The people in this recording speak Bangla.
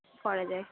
কী করা যায়